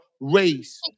race